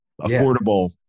affordable